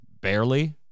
Barely